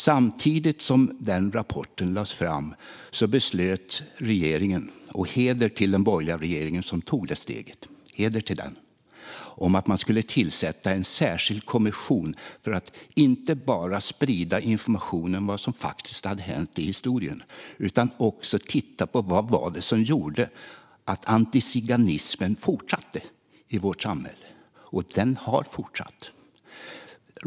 Samtidigt som rapporten lades fram beslutade regeringen - och heder till den borgerliga regeringen, som tog detta steg - att man skulle tillsätta en särskild kommission för att inte bara sprida information om vad som faktiskt hade hänt i historien utan också titta på vad det var som gjorde att antiziganismen fortsatte i vårt samhälle. Och den har fortsatt.